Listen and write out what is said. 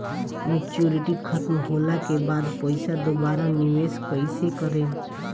Maturity खतम होला के बाद पईसा दोबारा निवेश कइसे करेम?